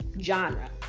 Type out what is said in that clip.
genre